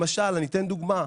אני אתן דוגמה.